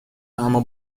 اما